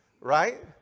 right